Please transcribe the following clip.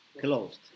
closed